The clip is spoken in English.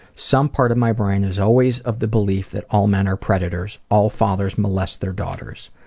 some part of my brain is always of the belief that all men are predators, all fathers molest their daughters.